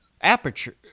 Aperture